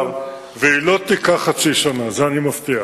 והיא לא תיקח חצי שנה, את זה אני מבטיח.